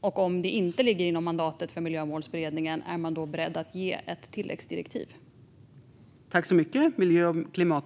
Är man beredd att ge ett tilläggsdirektiv om det inte ligger inom mandatet för Miljömålsberedningen?